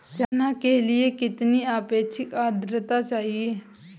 चना के लिए कितनी आपेक्षिक आद्रता चाहिए?